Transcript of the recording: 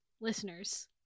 Listeners